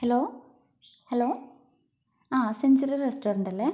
hello hello ആ century restaurant അല്ലെ